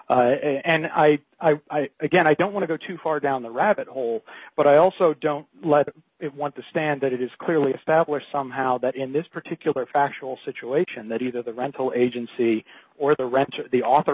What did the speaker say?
and i again i don't want to go too far down the rabbit hole but i also don't let it want to stand that it is clearly established somehow that in this particular factual situation that either the rental agency or the renter the author